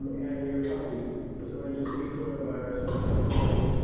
and your puppy is going to see coronavirus at some point.